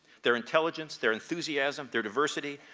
their intelligence, their enthusiasm, their diversity,